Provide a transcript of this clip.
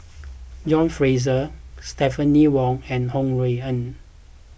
John Fraser Stephanie Wong and Ho Rui An